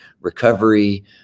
recovery